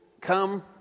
Come